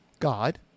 God